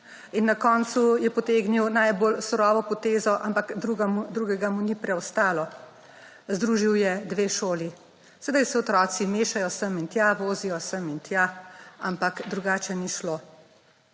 In na koncu je potegnil najbolj surovo potezo, ampak drugega mu ni preostalo – združil je dve šoli. Zdaj se otroci mešajo sem in tja, vozijo sem in tja, ampak drugače ni šlo.